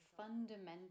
fundamental